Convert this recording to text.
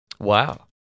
Wow